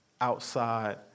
outside